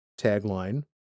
tagline